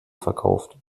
verkauft